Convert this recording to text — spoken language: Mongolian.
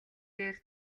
дээр